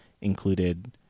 included